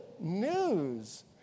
news